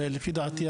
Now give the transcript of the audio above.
לפי דעתי,